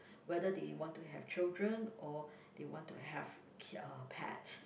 whether they want to have children or they want to have k~ uh pets